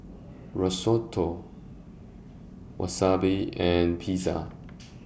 Risotto Wasabi and Pizza